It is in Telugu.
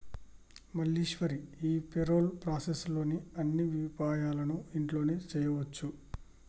మల్లీశ్వరి ఈ పెరోల్ ప్రాసెస్ లోని అన్ని విపాయాలను ఇంట్లోనే చేయొచ్చు